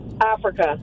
Africa